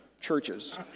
churches